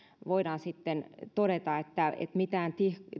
voidaan sitten todeta että mitään